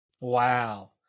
Wow